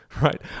right